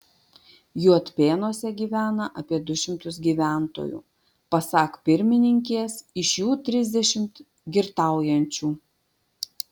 juodpėnuose gyvena apie du šimtus gyventojų pasak pirmininkės iš jų trisdešimt girtaujančių